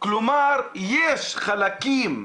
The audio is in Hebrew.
כלומר יש חלקים,